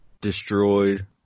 destroyed